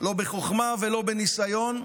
לא בחוכמה ולא בניסיון,